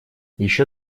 еще